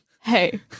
Hey